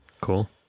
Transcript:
Cool